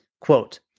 quote